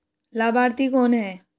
लाभार्थी कौन है?